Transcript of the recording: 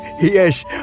Yes